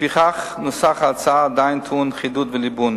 לפיכך נוסח ההצעה עדיין טעון חידוד וליבון.